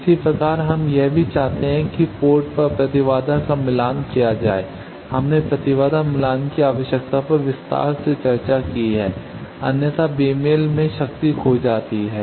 इसी प्रकार हम यह भी चाहते हैं कि पोर्ट पर प्रतिबाधा का मिलान किया जाए हमने प्रतिबाधा मिलान की आवश्यकता पर विस्तार से चर्चा की है अन्यथा बेमेल में शक्ति खो जाती है